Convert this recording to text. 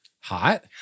hot